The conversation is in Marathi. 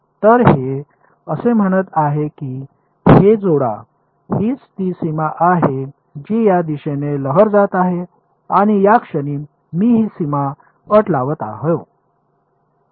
तर हे असे म्हणत आहे की हे जोडा हीच ती सीमा आहे जी या दिशेने लहर जात आहे आणि या क्षणी मी ही सीमा अट लावत आहे